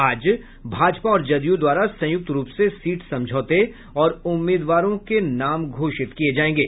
आज भाजपा और जदयू द्वारा संयुक्त रूप से सीट समझौते और उम्मीदवारों के नाम घोषित किये जायेंगे